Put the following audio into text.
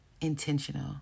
intentional